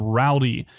rowdy